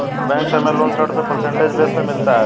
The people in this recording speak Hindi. बैंक से हमे लोन ऋण भी परसेंटेज बेस पर मिलता है